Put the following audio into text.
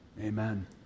Amen